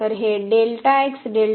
तर हे असेल